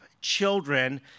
children